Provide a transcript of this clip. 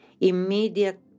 immediate